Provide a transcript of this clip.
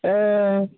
हँ